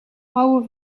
rauwe